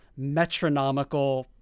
metronomical